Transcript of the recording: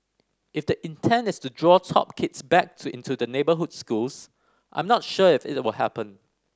if the intent is to draw top kids back into the neighbourhood schools I'm not sure if it will happen